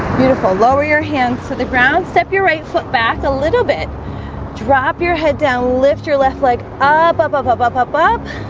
beautiful lower your hands to the ground step your right foot back a little bit drop your head down lift your left leg up up up up up up up